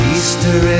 Easter